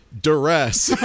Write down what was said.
duress